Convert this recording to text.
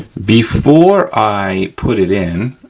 before i put it in,